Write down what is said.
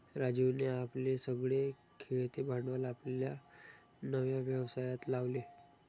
राजीवने आपले सगळे खेळते भांडवल आपल्या नव्या व्यवसायात लावले